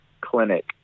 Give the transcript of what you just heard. clinic